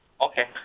Okay